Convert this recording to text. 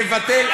מבטל,